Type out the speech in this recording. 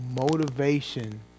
motivation